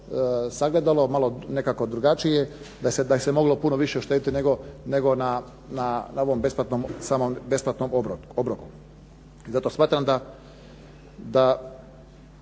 sagledalo, malo nekako drugačije da se moglo puno više uštediti nego na ovom besplatnom samom besplatnom